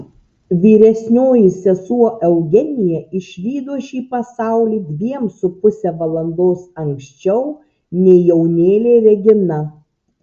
vyresnioji sesuo eugenija išvydo šį pasaulį dviem su puse valandos anksčiau nei jaunėlė regina